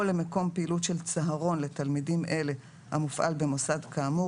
או למקום פעילות של צהרון לתלמידים אלה במופעל במוסד כאמור